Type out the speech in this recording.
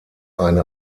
eine